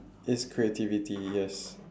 it's creativity yes